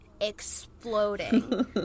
exploding